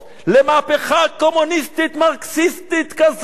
למהפכה קומוניסטית מרקסיסטית כזאת,